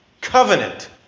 covenant